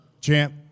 champ